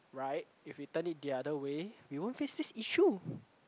right if we turn it the other way we won't face this issue